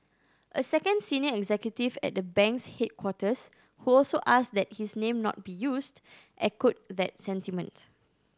a second senior executive at the bank's headquarters who also asked that his name not be used echoed that sentiment